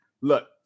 look